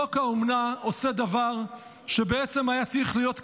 חוק האומנה עושה דבר שבעצם היה צריך להיות,